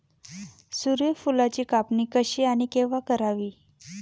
सूर्यफुलाची कापणी कशी आणि केव्हा करावी?